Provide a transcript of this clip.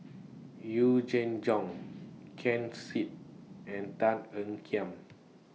Yee Jenn Jong Ken Seet and Tan Ean Kiam